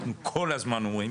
אנחנו כל הזמן אומרים,